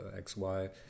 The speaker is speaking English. XY